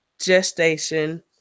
gestation